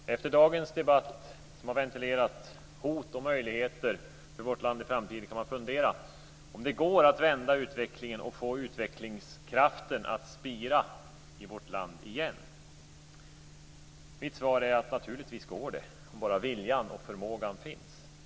Herr talman! Efter dagens debatt, där det har ventilerats hot och möjligheter för vårt land i framtiden, kan man fundera på om det går att vända utvecklingen och få utvecklingskraften att spira i vårt land igen. Mitt svar är: Naturligtvis går det om bara viljan och förmågan finns.